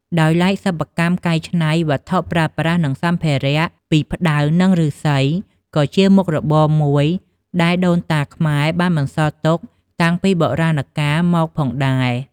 ដោយឡែកសិប្បកម្មកែឆ្នៃវត្ថុប្រើប្រាស់និងសម្ភារៈពីផ្តៅនិងឬស្សីក៏ជាមុខរបរមួយដែលដូនតាខ្មែរបានបន្សល់ទុកតាំងពីបុរាណកាលមកផងដែរ។